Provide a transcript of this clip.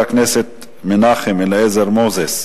שאילתא 1287 של חבר הכנסת מנחם אליעזר מוזס,